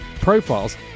profiles